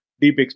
Deep